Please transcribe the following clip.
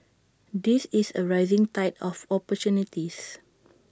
this is A rising tide of opportunities